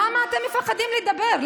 למה אתם מפחדים לדבר?